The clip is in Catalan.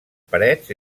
parets